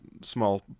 small